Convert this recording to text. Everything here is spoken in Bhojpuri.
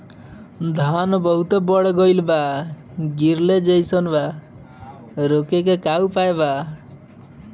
धान बहुत बढ़ गईल बा गिरले जईसन बा रोके क का उपाय बा?